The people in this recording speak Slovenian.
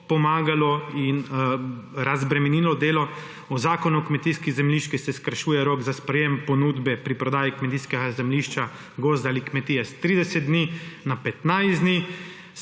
pomagalo in razbremenilo delo. V Zakonu o kmetijski zemljiški se skrajšuje rok za sprejem ponudbe pri prodaji kmetijskega zemljišča, gozda ali kmetije s 30 dni na 15 dni,